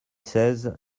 seize